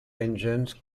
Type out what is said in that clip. engines